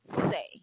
Say